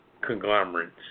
conglomerates